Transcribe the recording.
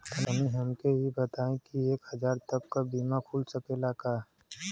तनि हमके इ बताईं की एक हजार तक क बीमा खुल सकेला का?